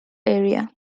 area